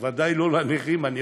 ודאי לנכים אנחנו